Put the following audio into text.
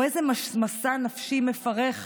או איזה מסע נפשי מפרך,